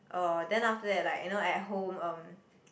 uh then after that like you know at home um